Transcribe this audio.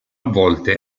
volte